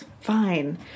fine